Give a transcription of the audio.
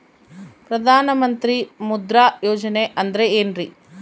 ಪ್ರಧಾನ ಮಂತ್ರಿ ಮುದ್ರಾ ಯೋಜನೆ ಅಂದ್ರೆ ಏನ್ರಿ?